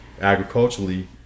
agriculturally